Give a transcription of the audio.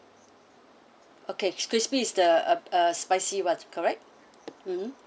okay crispy is the uh uh spicy one correct mmhmm